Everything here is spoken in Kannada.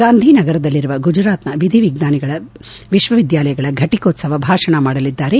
ಗಾಂಧಿನಗರದಲ್ಲಿರುವ ಗುಜರಾತ್ನ ವಿಧಿವಿಜ್ಞಾನಗಳ ವಿಶ್ವವಿದ್ಕಾಲಯಗಳ ಘಟಿಕೋತ್ಸವ ಭಾಷಣ ಮಾಡಲಿದ್ದಾರೆ